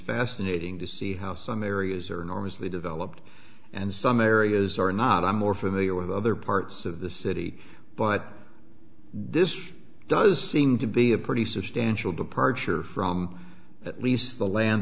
fascinating to see how some areas are enormously developed and some areas are not i'm more familiar with other parts of the city but this does seem to be a pretty substantial departure from at least the land